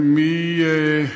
אריאל.